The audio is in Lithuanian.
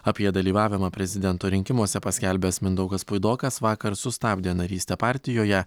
apie dalyvavimą prezidento rinkimuose paskelbęs mindaugas puidokas vakar sustabdė narystę partijoje